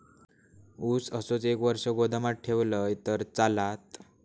ऊस असोच एक वर्ष गोदामात ठेवलंय तर चालात?